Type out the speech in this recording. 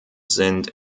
sind